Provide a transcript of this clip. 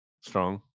Strong